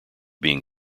being